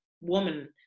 woman